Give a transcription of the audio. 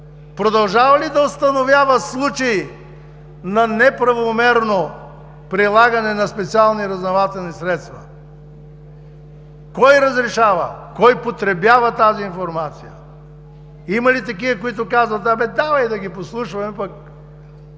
продължава ли да установява случаи на неправомерно прилагане на специални разузнавателни средства? Кой разрешава, кой потребява тази информация? Има ли такива, които казват: „Абе давай да ги послушаме, пък